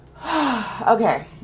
Okay